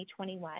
2021